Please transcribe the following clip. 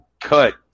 cut